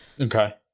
Okay